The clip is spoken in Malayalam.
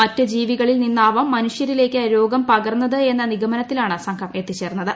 മറ്റ് ജീവികളിൽ നിന്നാവാം മനുഷ്യരിലേക്ക് രോഗം പകർന്നതെന്ന നിഗമനത്തിലാണ് സംഘം എത്തിച്ചേർന്നത്